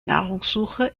nahrungssuche